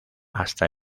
hasta